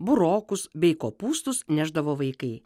burokus bei kopūstus nešdavo vaikai